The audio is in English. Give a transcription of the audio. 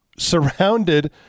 surrounded